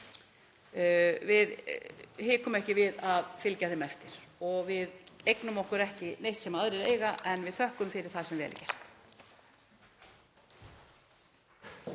við hikum ekki við að fylgja þeim eftir. Við eignum okkur ekki neitt sem aðrir eiga en við þökkum fyrir það sem vel er gert.